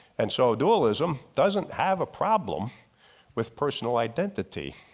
and so, dualism doesn't have a problem with personal identity.